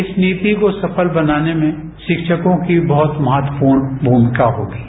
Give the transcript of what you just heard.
इस नीति को सफल बनाने में शिक्षकों की बहुत महत्वपूर्ण भूमिका होती है